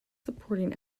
supporting